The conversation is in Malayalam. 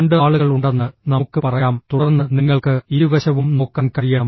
രണ്ട് ആളുകളുണ്ടെന്ന് നമുക്ക് പറയാം തുടർന്ന് നിങ്ങൾക്ക് ഇരുവശവും നോക്കാൻ കഴിയണം